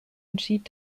entschied